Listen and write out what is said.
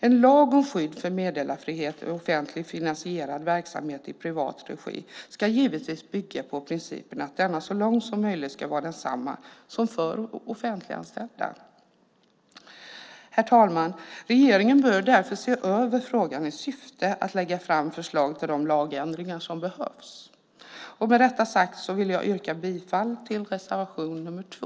En lag om skydd för meddelarfrihet i offentligt finansierad verksamhet i privat regi ska givetvis bygga på principen att denna så långt som möjligt ska vara densamma som för offentliganställda. Herr talman! Regeringen bör därför se över frågan i syfte att lägga fram förslag till de lagändringar som behövs. Med detta sagt vill jag yrka bifall till reservation nr 2.